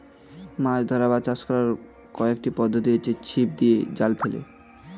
মাছ ধরা বা চাষ করার কয়েকটি পদ্ধতি হচ্ছে ছিপ দিয়ে, জাল ফেলে